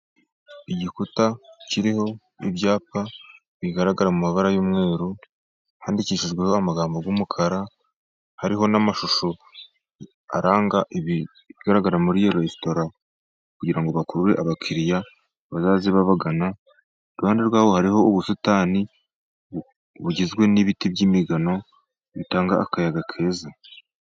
Igikuta kiriho ibyapa bigaragara mu mabara y'umweru handikishijweho amagambo y'umukara, hariho n'amashusho aranga ibigaragara muri iyo resitora kugirango ngo bakurure abakiriya bazaze babagana. Iruhande rwaho hari ubusitani bugizwe n'ibiti by'imigano bitanga akayaga keza.